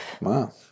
Wow